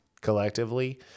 collectively